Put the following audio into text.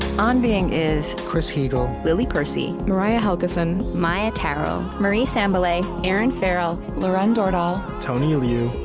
on being is chris heagle, lily percy, mariah helgeson, maia tarrell, marie sambilay, erinn farrell, lauren dordal, tony liu,